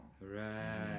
Right